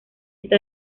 está